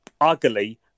ugly